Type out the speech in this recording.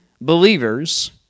believers